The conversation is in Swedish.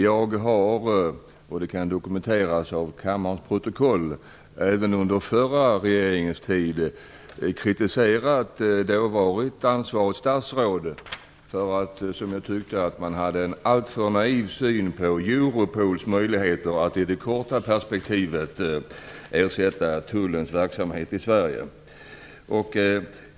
Jag har, och det har dokumenterats av kammarens protokoll, även under förra regeringens tid kritiserat dåvarande ansvarigt statsråd för att man, som jag tyckte, hade en alltför naiv syn på Europols möjligheter att i det korta perspektivet ersätta Tullens arbete i Sverige.